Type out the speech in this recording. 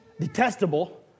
detestable